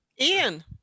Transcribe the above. Ian